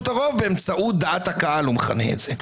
הרוב באמצעות דעת הקהל הוא מכנה זאת,